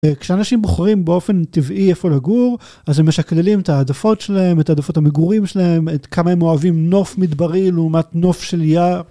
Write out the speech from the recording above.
כשאנשים בוחרים באופן טבעי איפה לגור אז הם משקללים את העדפות שלהם, את העדפות המגורים שלהם, כמה הם אוהבים נוף מדברי לעומת נוף של יער.